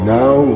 now